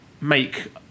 make